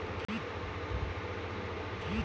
मुर्गा के का आहार दी जे से अच्छा भाव मिले?